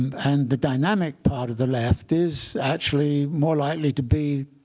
and the dynamic part of the left is actually more likely to be